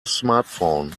smartphone